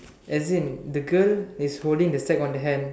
as in the girl is holding the sack on her hand